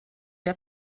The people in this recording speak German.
der